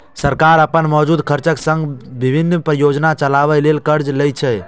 सरकार अपन मौजूदा खर्चक संग संग विभिन्न परियोजना चलाबै ले कर्ज लै छै